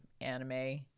anime